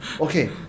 Okay